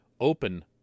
open